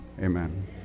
Amen